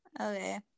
Okay